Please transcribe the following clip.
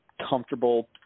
comfortable